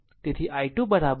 તેથી i2 જે t 2